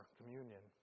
communion